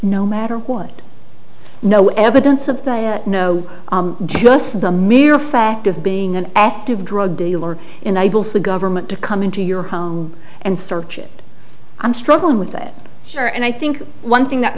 no matter what no evidence of no just the mere fact of being an active drug dealer enables the government to come into your home and search it i'm struggling with it sure and i think one th